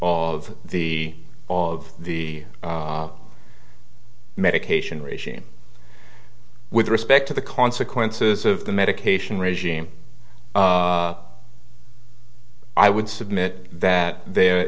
of the all of the medication regime with respect to the consequences of the medication regime i would submit that there